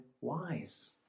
wise